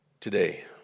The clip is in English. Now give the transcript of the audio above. today